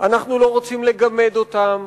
אנחנו לא רוצים לגמד אותם,